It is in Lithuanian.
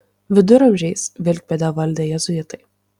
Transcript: viduramžiais vilkpėdę valdė jėzuitai